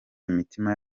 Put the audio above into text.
imitima